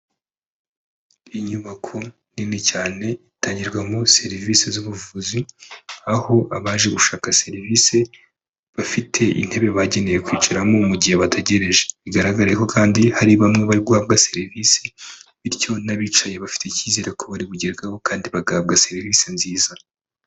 Inyubako nini cyane, itangirwamo serivisi z'ubuvuzi, aho abaje gushaka serivisi, bafite intebe bagenewe kwicaramo mu gihe bategereje, bigaragare ko kandi hari bamwe bari bahabwa serivisi, bityo n'abicaye bafite icyizere ko bari bugerweho kandi bagahabwa serivisi nziza.